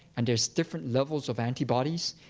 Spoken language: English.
and there's different levels of antibodies.